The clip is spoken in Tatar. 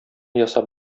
ясап